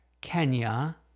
Kenya